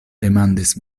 demandis